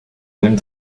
même